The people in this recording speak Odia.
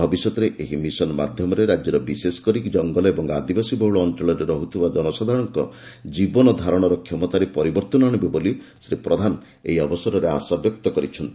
ଭବିଷ୍ୟତରେ ଏହି ମିଶନ୍ ମାଧ୍ୟମରେ ରାଜ୍ୟର ବିଶେଷ କରି ଜଙ୍ଗଲ ଓ ଆଦିବାସୀ ବହୁଳ ଅଞ୍ଚଳରେ ରହୁଥିବା ଜନସାଧାରଣଙ୍କ ଜୀବନଧାରଣ କ୍ଷମତାରେ ପରିବର୍ତ୍ତନ ଆଣିବ ବୋଲି ଶ୍ରୀ ପ୍ରଧାନ ଏହି ଅବସରରେ ଆଶାବ୍ୟକ୍ତ କରିଛନ୍ତି